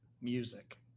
music